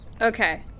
Okay